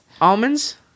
almonds